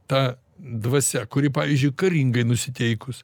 ta dvasia kuri pavyzdžiui karingai nusiteikus